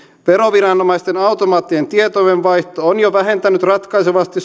veroviranomaisten automaattinen tietojenvaihto on jo vähentänyt ratkaisevasti